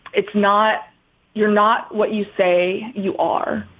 it's not you're not what you say you are,